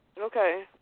Okay